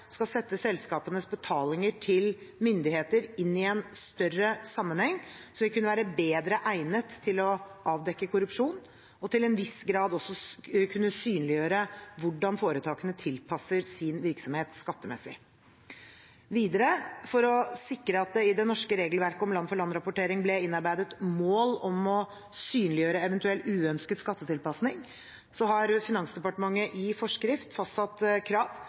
skal sette selskapenes betalinger til myndigheter inn i en større sammenheng, slik at vi kan være bedre egnet til å avdekke korrupsjon og til en viss grad også synliggjøre hvordan foretakene tilpasser sin virksomhet skattemessig. Videre: For å sikre at det i det norske regelverket for land-for-land-rapportering ble innarbeidet mål om å synliggjøre eventuell uønsket skattetilpasning, har Finansdepartementet i forskrift fastsatt krav